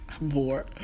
More